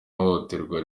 ihohoterwa